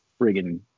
friggin